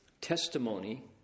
testimony